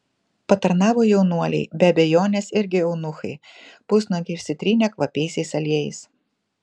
patarnavo jaunuoliai be abejonės irgi eunuchai pusnuogiai išsitrynę kvapiaisiais aliejais